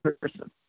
person